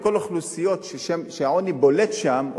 לכל האוכלוסיות שהעוני בולט שם,